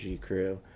crew